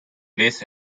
less